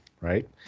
right